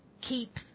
keep